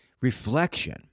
reflection